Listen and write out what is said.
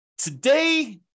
Today